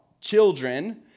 children